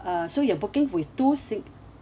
so you're booking with two sing~